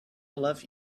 love